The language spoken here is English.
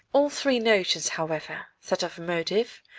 all three notions, however, that of a motive,